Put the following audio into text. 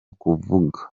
kuvuga